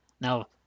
now